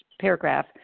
paragraph